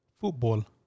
football